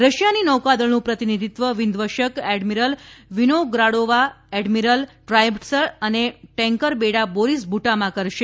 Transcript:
રશિયાની નૌકાદળનું પ્રતિનિધિત્વ વિધ્વંસક એડમિરલ વીનોગ્રાડોવા એડમિરબ ટ્રાઇબ્ટસ્ અને ટેન્કર બેડા બોરિસ બુટામા કરશે